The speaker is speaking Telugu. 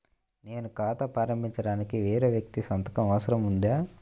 నేను ఖాతా ప్రారంభించటానికి వేరే వ్యక్తి సంతకం అవసరం ఉందా?